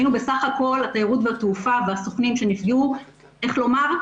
היינו בפחד כל התיירות ותעופה והסוכנים שנפגעו, איך לומר?